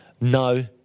No